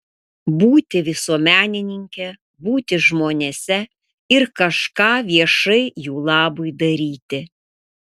būti visuomenininke būti žmonėse ir kažką viešai jų labui daryti